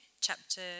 chapter